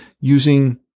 using –